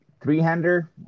three-hander